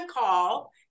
call